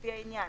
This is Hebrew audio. לפי העניין,